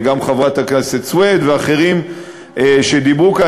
גם חברת הכנסת סויד ואחרים שדיברו כאן.